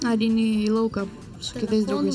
ar eini į lauką su kitais draugais